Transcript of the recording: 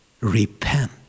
Repent